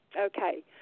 Okay